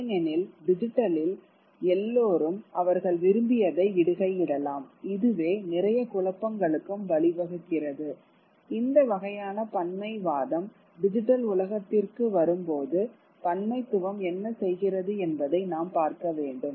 ஏனெனில் டிஜிட்டலில் எல்லோரும் அவர்கள் விரும்பியதை இடுகையிடலாம் இதுவே நிறைய குழப்பங்களுக்கும் வழிவகுக்கிறது இந்த வகையான பன்மைவாதம் டிஜிட்டல் உலகத்திற்கு வரும்போது பன்மைத்துவம் என்ன செய்கிறது என்பதை நாம் பார்க்க வேண்டும்